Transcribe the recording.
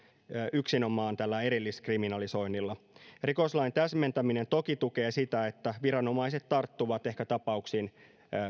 yksinomaan tällä erilliskriminalisoinnilla rikoslain täsmentäminen toki tukee sitä että viranomaiset ehkä tarttuvat tapauksiin